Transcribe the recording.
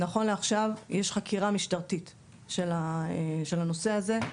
נכון לעכשיו יש חקירה משטרתית של הנושא הזה,